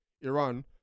Iran